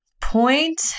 Point